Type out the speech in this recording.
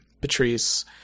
Patrice